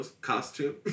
costume